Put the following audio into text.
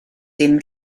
dim